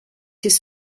his